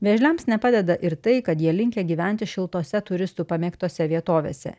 vėžliams nepadeda ir tai kad jie linkę gyventi šiltose turistų pamėgtose vietovėse